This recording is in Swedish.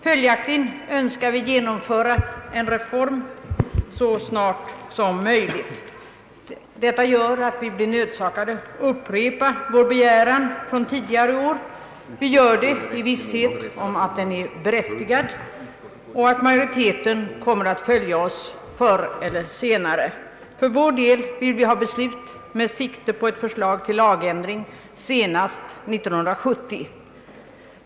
Följaktligen önskar vi genomföra en reform så snart som möjligt. Detta gör att vi blir nödsakade att upprepa vår begäran från tidigare år. Vi gör det i visshet om att den är berättigad och att majoriteten kommer att följa oss förr eller senare. För vår del vill vi ha beslut med sikte på ett förslag till lagändring senast 1970.